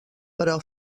però